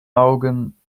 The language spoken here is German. augen